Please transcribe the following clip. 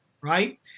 right